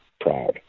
proud